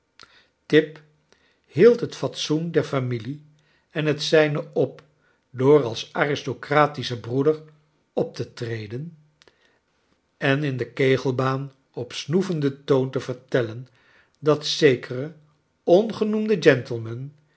tip hield het fatsoen der familie en het zijne op door als aristocratische broeder op te treden en in de kegelbaan op snoevenden toon te vertellen dat zekere